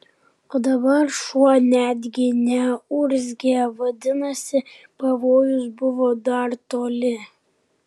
o dabar šuo netgi neurzgė vadinasi pavojus buvo dar toli